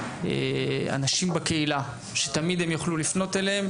אנשים בקהילה שתמיד יוכלו לפנות אליהם.